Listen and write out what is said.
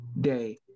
day